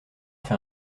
fait